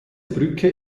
brücke